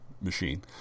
machine